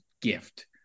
gift